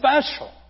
special